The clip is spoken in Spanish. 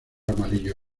amarillo